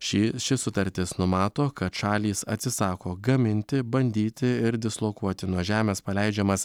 ši ši sutartis numato kad šalys atsisako gaminti bandyti ir dislokuoti nuo žemės paleidžiamas